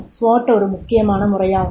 SWOT ஒரு முக்கியமான முறையாகும்